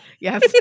Yes